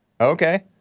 Okay